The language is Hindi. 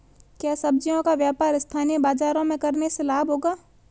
क्या सब्ज़ियों का व्यापार स्थानीय बाज़ारों में करने से लाभ होगा?